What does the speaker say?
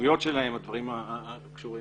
ההשתלמויות שלהם, בדברים שקשורים